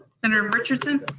senator and richardson?